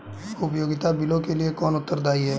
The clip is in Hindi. उपयोगिता बिलों के लिए कौन उत्तरदायी है?